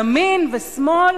ימין ושמאל,